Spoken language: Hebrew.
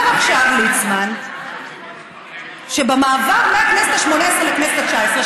אומר עכשיו ליצמן שבמעבר מהכנסת השמונה-עשרה לכנסת התשע-עשרה,